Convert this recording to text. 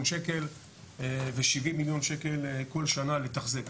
שקל ו-70 מיליון שקל כל שנה לתחזק.